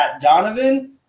Donovan